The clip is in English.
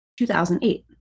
2008